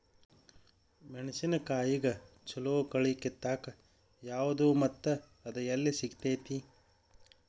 ಮೆಣಸಿನಕಾಯಿಗ ಛಲೋ ಕಳಿ ಕಿತ್ತಾಕ್ ಯಾವ್ದು ಮತ್ತ ಅದ ಎಲ್ಲಿ ಸಿಗ್ತೆತಿ?